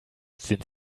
sind